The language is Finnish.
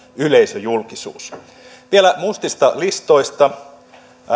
yleisöjulkisuudessa vielä mustista listoista